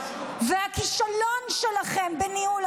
אין איזה מחבל לשחרר, משהו?